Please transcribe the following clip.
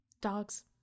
dogs